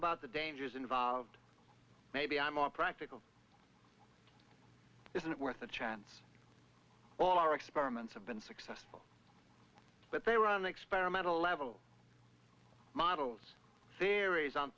about the dangers involved maybe i'm more practical isn't worth a chance all our experiments have been successful but they were on the experimental level models theories on